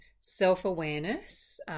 self-awareness